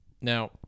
Now